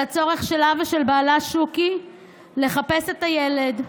על הצורך שלה ושל בעלה שוקי לחפש את הילד,